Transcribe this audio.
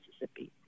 Mississippi